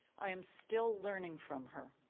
i am still learning from her.